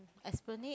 Esplanade